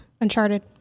uncharted